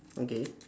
okay